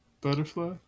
Butterfly